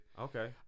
Okay